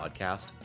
podcast